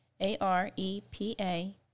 A-R-E-P-A